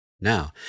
Now